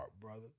brother